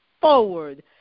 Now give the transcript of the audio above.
forward